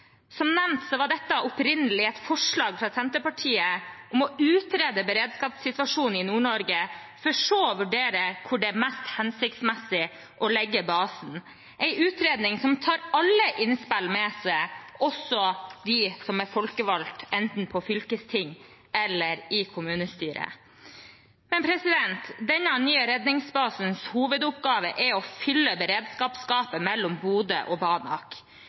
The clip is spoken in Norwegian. Som nevnt var dette opprinnelig et forslag fra Senterpartiet om å utrede beredskapssituasjonen i Nord-Norge, for så å vurdere hvor det er mest hensiktsmessig å legge basen, en utredning som tar alle innspill med seg, også fra de som er folkevalgte, enten i fylkesting eller i kommunestyrer. Denne nye redningsbasens hovedoppgave er å fylle beredskapsgapet mellom Bodø og